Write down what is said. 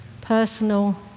Personal